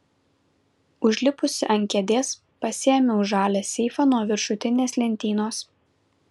užlipusi ant kėdės pasiėmiau žalią seifą nuo viršutinės lentynos